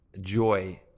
joy